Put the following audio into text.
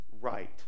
right